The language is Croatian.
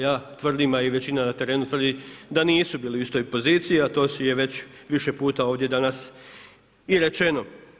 Ja tvrdim, a i većina na terenu tvrdi da nisu bili u istoj poziciji, a to si je već više puta ovdje danas i rečeno.